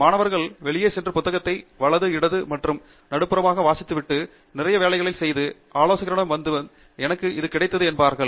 மாணவர்கள் வெளியே சென்று புத்தகத்தை வலது இடது மற்றும் நடுப்புறமாக வாசித்துவிட்டு நிறைய வேலைகளை செய்து ஆலோசகரிடம் திரும்பி வந்து எனக்கு இது கிடைத்தது என்பார்கள்